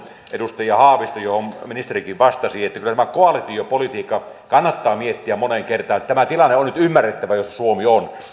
edustaja haavisto johon ministerikin vastasi että kyllä koalitiopolitiikka kannattaa miettiä moneen kertaan että on nyt ymmärrettävä tämä tilanne jossa suomi on